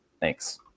Thanks